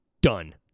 Done